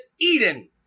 Eden